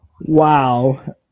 Wow